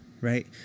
right